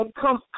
come